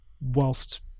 whilst